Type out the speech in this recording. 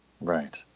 Right